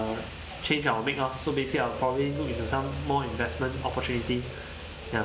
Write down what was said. uh change our make lor so basically I'll probably look into some more investment opportunity ya